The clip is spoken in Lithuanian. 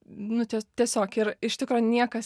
nu čia tiesiog ir iš tikro niekas